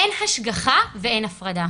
אין השגחה ואין הפרדה.